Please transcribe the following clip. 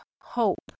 hope